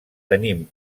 tenim